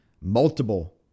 multiple